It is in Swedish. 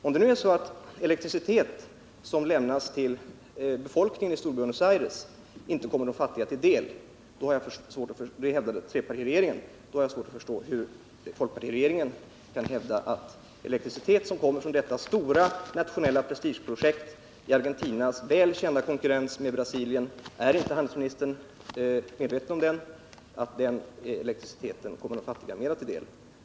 Om det förhöll sig så har jag svårt att förstå hur folkpartiregeringen nu kan hävda att den elektricitet som kommer från detta stora nationella prestigeprojekt i Argentinas väl kända konkurrens med Brasilien — är handelsministern inte medveten om den? —- kommer de fattiga till del.